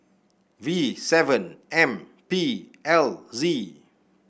V seven M P L Z